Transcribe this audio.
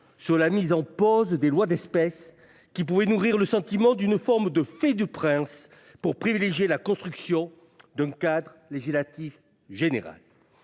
sur la mise en pause des lois d'espèces qui pouvaient nourrir le sentiment d'une forme de fée du prince pour privilégier la construction d'un cadre législatif général.